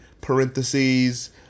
parentheses